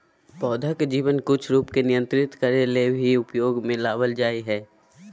पौधा के जीवन कुछ रूप के नियंत्रित करे ले भी उपयोग में लाबल जा हइ